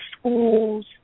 schools